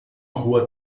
rua